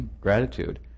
gratitude